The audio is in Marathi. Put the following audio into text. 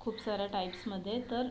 खूप सारा टाईप्समध्ये तर